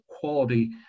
quality